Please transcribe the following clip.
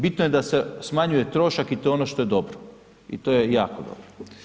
Bitno je da se smanjuje troška i to je ono što je dobro i to je jako dobro.